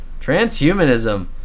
Transhumanism